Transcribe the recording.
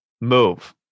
move